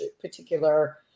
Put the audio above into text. particular